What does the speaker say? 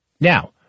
Now